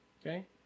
Okay